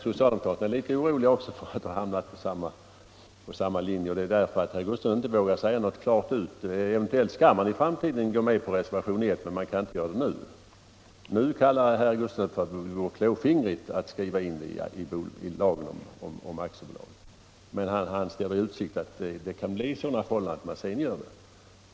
Socialdemokraterna är oroliga för att hamna på samma linje som moderaterna, och det är därför herr Gustafsson i Stockholm inte vågar säga någonting klart ut. Eventuellt kommer man i framtiden att gå med på vad som står i reservation 1, men man kan inte göra det nu. I dag säger herr Gustafsson att det vore klåfingrigt att skriva in de anställdas rätt till inflytande i lagen om aktiebolag, men han ställer i utsikt att det kan bli sådana förhållanden att man gör det senare.